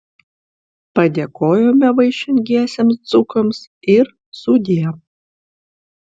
padėkojome vaišingiesiems dzūkams ir sudie